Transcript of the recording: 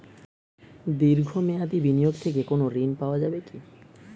দীর্ঘ মেয়াদি বিনিয়োগ থেকে কোনো ঋন পাওয়া যাবে কী?